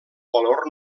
valor